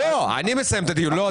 לא, אני מסיים את הדיון לא אתה.